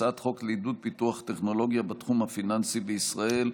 הצעת חוק לעידוד פיתוח טכנולוגיה בתחום הפיננסי בישראל,